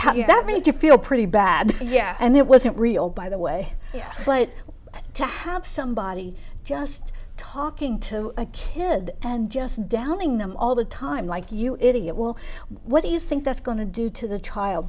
does that make you feel pretty bad yeah and it wasn't real by the way but to have somebody just talking to a kid and just downing them all the time like you idiot will what do you think that's going to do to the child